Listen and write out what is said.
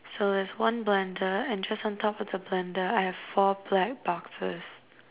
so there's one bundle and just on top of the bundle I have four black boxes